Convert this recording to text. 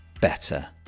better